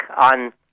on